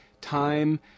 time